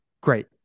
great